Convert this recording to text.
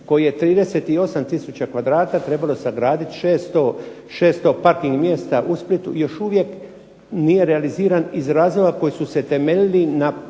koji je 38 tisuća kvadrata trebalo sagraditi 600 parking mjesta u Splitu, još uvijek nije realiziran iz razloga koji su se temeljili na